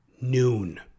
Noon